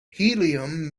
helium